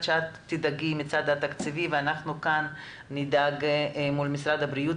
שתדאגי בצד התקציבי ואנחנו כאן נדאג מול משרד הבריאות.